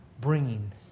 bringing